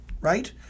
right